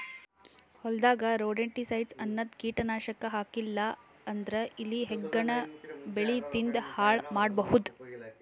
ಹೊಲದಾಗ್ ರೊಡೆಂಟಿಸೈಡ್ಸ್ ಅನ್ನದ್ ಕೀಟನಾಶಕ್ ಹಾಕ್ಲಿಲ್ಲಾ ಅಂದ್ರ ಇಲಿ ಹೆಗ್ಗಣ ಬೆಳಿ ತಿಂದ್ ಹಾಳ್ ಮಾಡಬಹುದ್